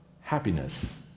happiness